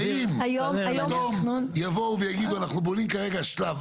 האם פתאום יבואו ויגידו אנחנו בונים כרגע שלב